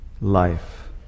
life